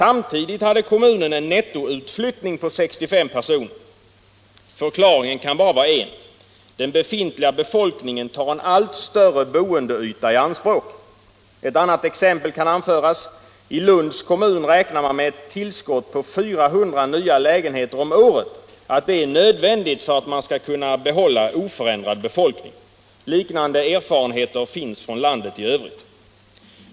Samtidigt hade kommunen en nettoutflyttning på 65 personer. Förklaringen kan bara vara en: den befintliga befolkningen tar en allt större boendeyta i anspråk. Ett annat exempel kan anföras: I Lunds kommun räknar man med att ett tillskott på 400 nya lägenheter om året är nödvändigt för att kunna behålla oförändrad befolkning. Liknande erfarenheter finns från landet i övrigt.